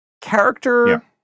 character